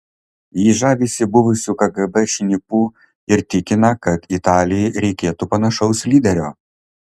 ji žavisi buvusiu kgb šnipu ir tikina kad italijai reikėtų panašaus lyderio